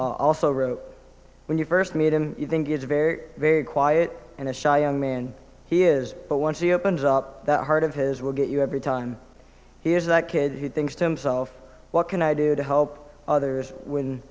read also wrote when you first meet him you think it's a very very quiet and shy young man he is but once he opens up that heart of his will get you every time he has that kid he thinks to himself what can i do to help others